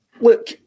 Look